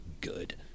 good